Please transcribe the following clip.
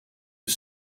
use